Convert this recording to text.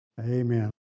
Amen